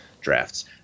drafts